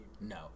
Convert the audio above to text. No